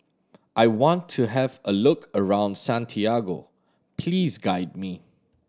I want to have a look around Santiago please guide me